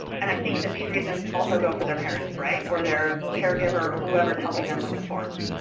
and i think that these reasons also go for their parents, right, or their caregiver or whoever is helping them with the forms.